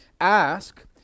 Ask